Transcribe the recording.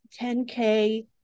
10K